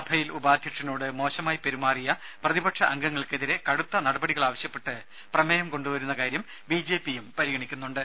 സഭയിൽ ഉപാധ്യക്ഷനോട് മോശമായി പെരുമാറിയ പ്രതിപക്ഷ അംഗങ്ങൾക്കെതിരെ കടുത്ത നടപടികൾ ആവശ്യപ്പെട്ട് പ്രമേയം കൊണ്ടുവരുന്ന കാര്യം ബി ജെ പിയും പരിഗണിക്കുന്നുണ്ട്